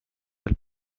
del